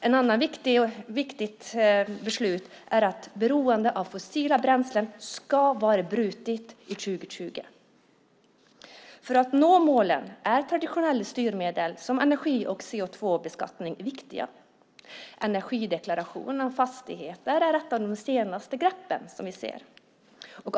Ett annat viktigt beslut är att beroendet av fossila bränslen ska vara brutet 2020. För att nå målen är traditionella styrmedel som energi och CO2-beskattning viktiga. Energideklaration av fastigheter är ett av de senaste greppen.